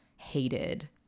hated